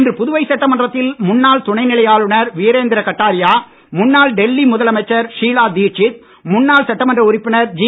இன்று புதுவை சட்டமன்றத்தில் முன்னாள் துணைநிலை ஆளுனர் வீரேந்திர கட்டாரியா முன்னாள் டெல்லி முதலமைச்சர் ஷீலா தீட்சித் முன்னாள் சட்டமன்ற உறுப்பினர் ஜி